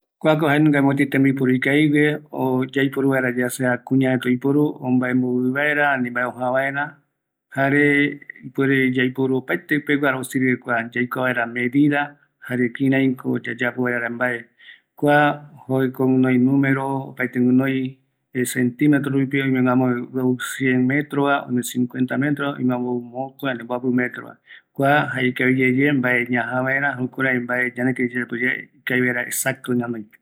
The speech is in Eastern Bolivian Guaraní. Kua cinta metrica jaeko ñajä vaera opaete mbae, öime ou inumero ndive ñajaa vaera mbae, oime ou mopeti mstros va, ouvi jeta medida rupi